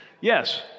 Yes